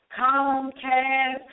Comcast